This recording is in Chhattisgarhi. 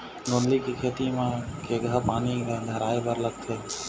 गोंदली के खेती म केघा पानी धराए बर लागथे?